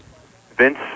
Vince